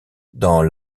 dans